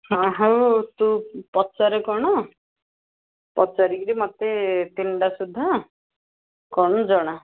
ହଁ ହଉ ତୁ ପଚାରେ କ'ଣ ପଚାରିକିରି ମୋତେ ତିନିଟା ସୁଧା କ'ଣ ଜଣା